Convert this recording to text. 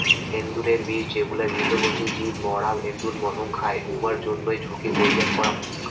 এন্দুরের বিষ যেগুলা মৃতভোজী জীব মরা এন্দুর মসং খায়, উমার জইন্যে ঝুঁকি তৈয়ার করাং